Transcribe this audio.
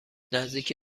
نزدیک